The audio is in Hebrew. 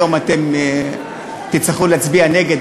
היום אתם תצטרכו להצביע נגד,